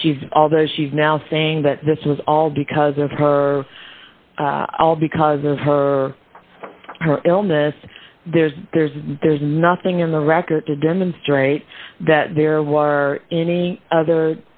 as she's although she's now saying that this was all because of her because of her or her illness there's there's there's nothing in the record to demonstrate that there were any other